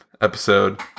episode